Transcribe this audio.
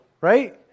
right